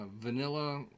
vanilla